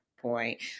point